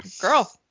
girl